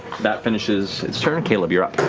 that finishes its turn. caleb, you're up.